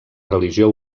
religió